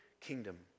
kingdom